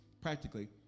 practically